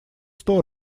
сто